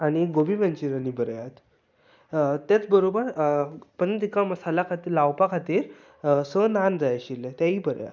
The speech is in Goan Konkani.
आनी एक गोबी मन्चुरीयन बरयात तेच बरोबर पनीर टिक्का मसाला खातीर लावपा खातीर स नान जाय आशिल्ले तेयीय बरयात